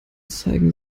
zeigen